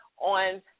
on